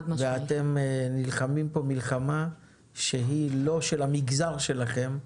ואתם נלחמים פה מלחמה שהיא לא של המגזר שלכם,